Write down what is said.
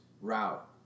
route